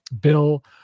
Bill